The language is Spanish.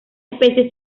especies